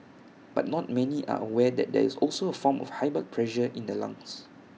but not many are aware that there is also A form of high blood pressure in the lungs